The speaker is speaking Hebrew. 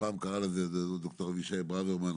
ופעם קרא לזה ד"ר אבישי ברוורמן,